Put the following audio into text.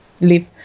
live